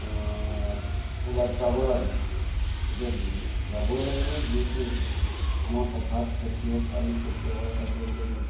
ক'ৰবাত যাব লাগে তেতিয়া যাবই লাগিব যিহেতু আমাৰ পথাৰত খেতিয়ক আমি খেতিয়কৰ কাম কৰিবলৈ যাম